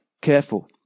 careful